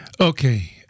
Okay